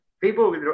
people